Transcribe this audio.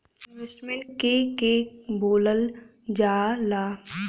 Investment के के बोलल जा ला?